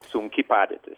sunki padėtis